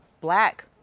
black